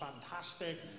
fantastic